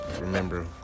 remember